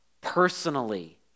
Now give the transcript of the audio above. personally